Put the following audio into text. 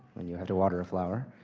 when you have to water a flower.